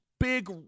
big